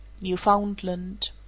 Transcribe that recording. NEWFOUNDLAND